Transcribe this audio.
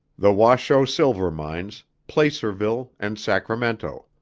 the washoe silver mines, placerville, and sacramento.